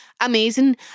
Amazing